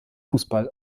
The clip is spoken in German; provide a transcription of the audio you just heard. fußball